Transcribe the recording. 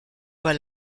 pas